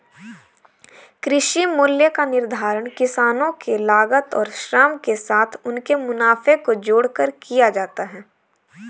कृषि मूल्य का निर्धारण किसानों के लागत और श्रम के साथ उनके मुनाफे को जोड़कर किया जाता है